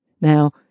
Now